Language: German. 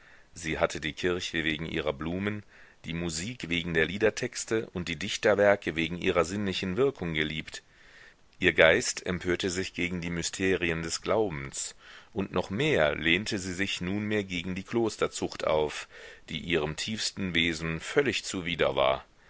sie hatte die kirche wegen ihrer blumen die musik wegen der liedertexte und die dichterwerke wegen ihrer sinnlichen wirkung geliebt ihr geist empörte sich gegen die mysterien des glaubens und noch mehr lehnte sie sich nunmehr gegen die klosterzucht auf die ihrem tiefsten wesen völlig zuwider war